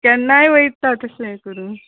केन्नाय वयता तशें करून